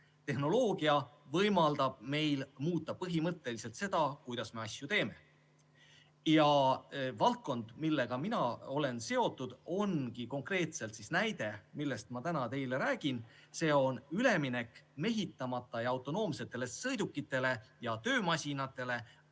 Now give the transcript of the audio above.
Tehnoloogia võimaldab meil muuta põhimõtteliselt seda, kuidas me asju teeme. Valdkond, millega mina olen seotud, ongi konkreetselt näide, millest ma täna teile räägin. See on üleminek mehitamata autonoomsetele sõidukitele ja töömasinatele,